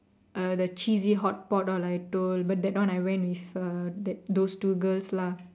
uh the cheesy hotpot all I like told but that one I went with uh those two girls lah